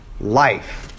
life